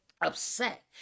upset